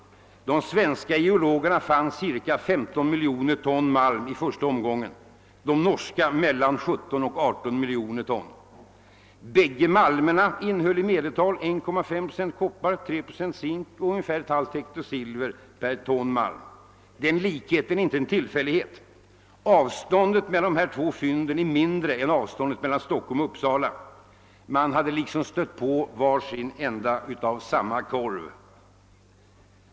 De svenska geologerna fann ca 15 miljoner ton malm i första omgången, de norska mellan 17 och 18 miljoner ton. Båda malmerna innehöll i medeltal 1,5 procent koppar, 3 procent zink och ungefär ett halvt hekto silver per ton malm. Den likheten var inte en tillfällighet. Avståndet mellan de två fynden är kortare än avståndet mellan Stockholm och Uppsala. Man hade liksom stött på var sin ända av samma korv.